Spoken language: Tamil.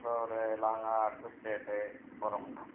இப்போ ஒரு லாங்காக அடுத்த ஸ்டேட்டு போகிறம்னா